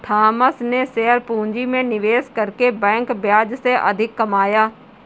Thomas ने share पूंजी में निवेश करके बैंक ब्याज से अधिक कमाया